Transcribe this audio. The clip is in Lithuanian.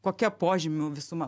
kokia požymių visuma